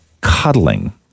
cuddling